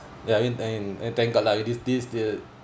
ya I mean and and thank god lah these these uh